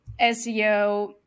SEO